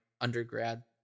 undergrad